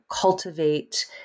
cultivate